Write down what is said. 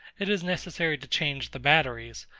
it is necessary to change the batteries,